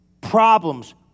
problems